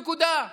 נקודה.